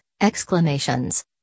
exclamations